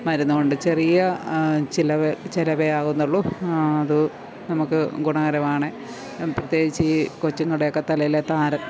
മരുന്നുകൊണ്ട് ചെറിയ ചിലവ് ചിലവേ ആകുന്നുള്ളു അത് നമുക്കു ഗുണകരമാണ് പ്രത്യേകിച്ച് ഈ കൊച്ചുങ്ങടേക്കെ തലയിലെ താരൻ